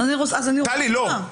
לא.